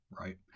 right